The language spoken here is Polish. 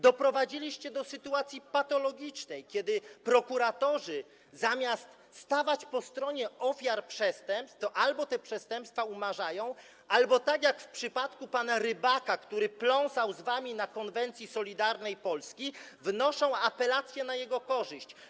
Doprowadziliście do sytuacji patologicznej, kiedy prokuratorzy, zamiast stawać po stronie ofiar przestępstw, albo te przestępstwa umarzają, albo tak jak w przypadku pana Rybaka, który pląsał z wami na konwencji Solidarnej Polski, wnoszą apelację na jego korzyść.